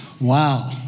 Wow